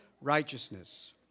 righteousness